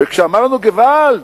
וכשאמרנו: געוואלד,